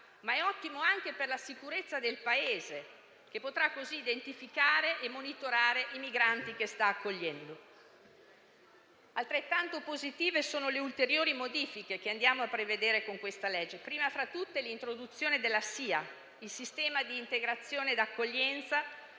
ma è ottimo anche per la sicurezza del Paese, che potrà così identificare e monitorare i migranti che sta accogliendo. Altrettanto positive sono le ulteriori modifiche che andiamo a prevedere con questa legge: prima fra tutte l'introduzione della SIA, il Sistema di integrazione e accoglienza,